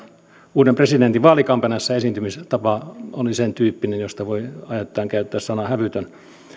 uuden presidentin vaalikampanjassa esiintymistapa oli sen tyyppinen josta voi ajoittain käyttää sanaa hävytön